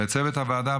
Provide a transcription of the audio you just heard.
לצוות הוועדה,